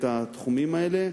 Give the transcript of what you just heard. את התחומים האלה,